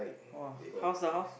!wah! how's the house